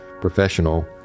professional